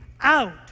out